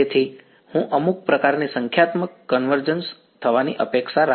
તેથી હું અમુક પ્રકારની સંખ્યાત્મક કન્વર્જન્સ થવાની અપેક્ષા રાખીશ